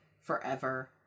forever